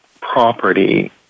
property